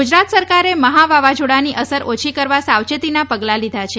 ગુજરાત સરકારે મહા વાવાઝોડાની અસર ઓછી કરવા સાવચેતીના પગલા લીધા છે